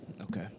Okay